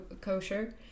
kosher